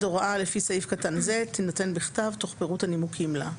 הוראה לפי סעיף קטן זה תינתן בכתב תוך פירוט הנימוקים לה.